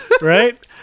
Right